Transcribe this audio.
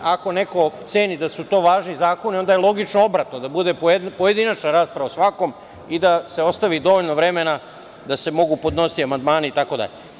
Ako neko ceni da su to važni zakoni, onda je logično obratno, da bude pojedinačna rasprava o svakom i da se ostavi dovoljno vremena da se mogu podnositi amandmani itd.